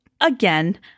again